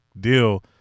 deal